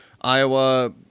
Iowa